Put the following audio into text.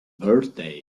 birthday